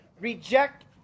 reject